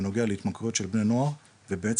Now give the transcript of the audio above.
בנוגע להתמכרויות של בני נוער ובעצם,